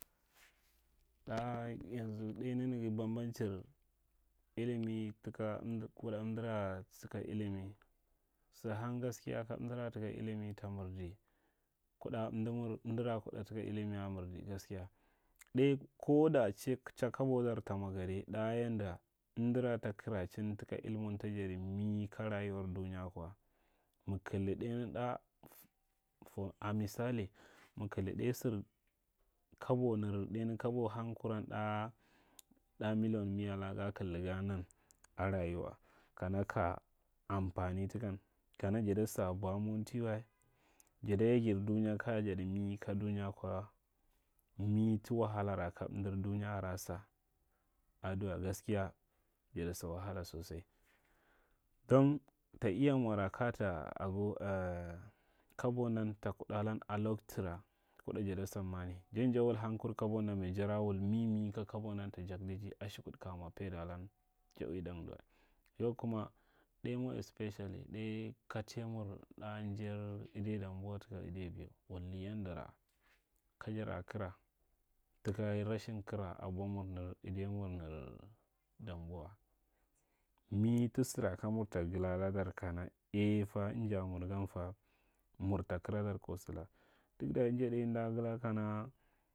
Da yanzu ɗai nanaga, bambamcin llimi tako amdara kuɗa taka llimi sa hang gaskiya ka amdara taka llimi ta michi kuɗa anda mur, amdara kuɗa taka llimi a mirdi gaskiya. Dai ko da che cha kabodar ta mwa gade ɗa yanda amdara ta karachan tu ka llimin ta tadi mi ka rayuwar duniya akwa mig kaida ɗai sir a misali kabo nir kabo hankuran da miliyan miya laka ga kaldi ga nan a rayuwa kana ka amfami takan. Kana jada sa bwa mondiwai jada yagir dung aka jadi mi ka dunu. Kwa mi hi wahalra ka amda, duniya are a sa nduwa gaskiya jada sa wahala sosai ta iya mwara ka ya ta, ago na kabo nan ta kuɗitan a loklu ra kuɗa jada samani. Jan ja wul hangkur kado nan mai, jada wul mimi ka kabonan ta jagdiji ashukud ka mwa paidaku wa, ja avi ɗang wa. Yau kuma, ɗai most especially, dai katoyamur a jaiyir kadayer damber taɗkar taka biu wane yandara kajam kan take rashin kara abwa mur nir abwamur nir damboa mi ta sira kamur ta galadar kana e e ta inja mur gara ta mur ta karadar ko salaka. Tunda inja ɗai amda gula kana…